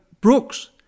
Brooks